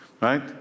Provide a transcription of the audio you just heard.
Right